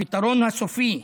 הפתרון הסופי,